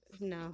no